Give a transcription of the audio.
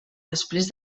després